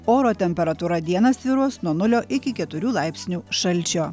oro temperatūra dieną svyruos nuo nulio iki keturių laipsnių šalčio